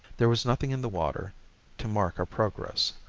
there was nothing in the water to mark our progress.